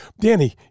Danny